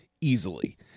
easily